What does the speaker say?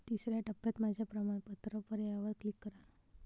तिसर्या टप्प्यात माझ्या प्रमाणपत्र पर्यायावर क्लिक करा